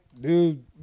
dude